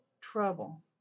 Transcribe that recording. trouble